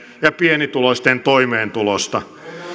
ja pienituloisten toimeentulosta